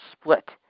split